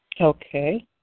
Okay